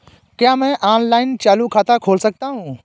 क्या मैं ऑनलाइन चालू खाता खोल सकता हूँ?